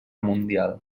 mundial